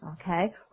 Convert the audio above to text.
Okay